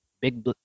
Big